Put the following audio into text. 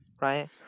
right